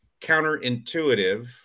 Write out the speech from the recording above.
counterintuitive